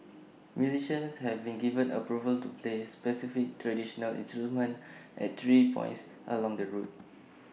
musicians have been given approval to play specified traditional instruments at three points along the route